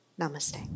Namaste